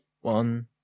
one